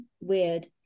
weird